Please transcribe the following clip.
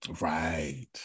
Right